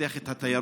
לפתח את התיירות.